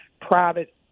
private